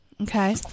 Okay